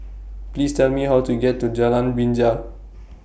Please Tell Me How to get to Jalan Binja